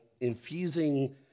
infusing